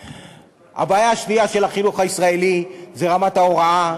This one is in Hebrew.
הבעיה השנייה של החינוך הישראלי היא רמת ההוראה,